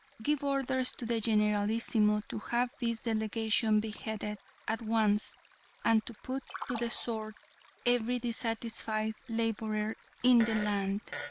give orders to the generalissimo to have this delegation beheaded at once and to put to the sword every dissatisfied laborer in the land.